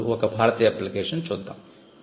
ఇప్పుడు ఒక భారతీయ అప్లికేషన్ చూద్దాం